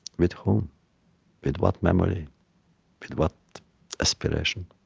with whom? with what memory? with what aspiration?